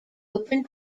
open